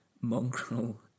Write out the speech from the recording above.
mongrel